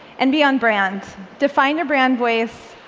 and be on brand. define your brand voice,